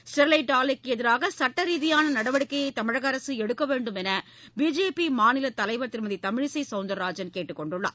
Sterlite ஆலைக்கு எதிராக சுட்ட ரீதியான நடவடிக்கையை தமிழக அரசு எடுக்க வேண்டும் என்று பிஜேபி மாநிலத் தலைவர் திருமதி தமிழிசை சௌந்தரராஜன் கேட்டுக் கொண்டுள்ளார்